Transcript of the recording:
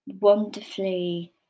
wonderfully